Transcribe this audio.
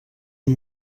amb